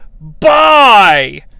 Bye